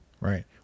right